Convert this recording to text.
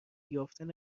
یافتن